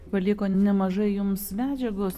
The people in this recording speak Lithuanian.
paliko nemažai jums medžiagos informacijos